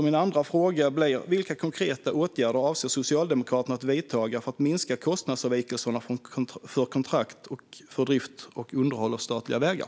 Min andra fråga är därför vilka konkreta åtgärder Socialdemokraterna avser att vidta för att minska kostnadsavvikelserna för kontrakt och för drift och underhåll av statliga vägar.